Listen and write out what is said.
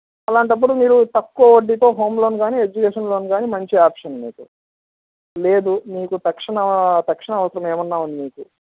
అలాంటప్పుడు మీరు తక్కువ వడ్డీతో హోమ్ లోన్ కాని ఎడ్యుకేషన్ లోన్ కాని మంచి ఆప్షన్ మీకు లేదు మీకు తక్షణా తక్షణ అవసరమేమైనా ఉంది మీకు